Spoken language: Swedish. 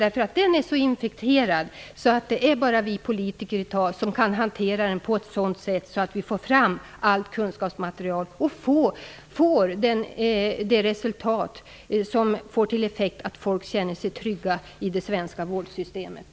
Den är så infekterad att det bara är vi politiker som i dag kan hantera den på ett sådant sätt att vi får fram allt kunskapsmaterial och kan nå det resultat som får till effekt att människor känner sig trygga i det svenska vårdsystemet.